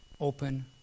open